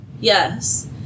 Yes